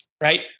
right